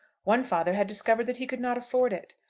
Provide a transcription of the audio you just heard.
one father had discovered that he could not afford it.